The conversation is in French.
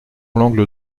l’angle